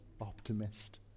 optimist